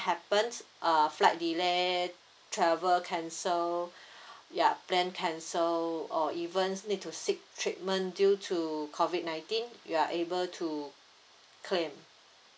happens uh flight delay travel cancel ya plan cancel or even need to seek treatment due to COVID nineteen you are able to claim